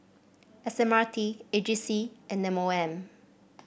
S M R T A G C and M O M